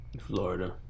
Florida